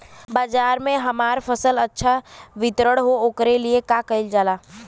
बाजार में हमार फसल अच्छा वितरण हो ओकर लिए का कइलजाला?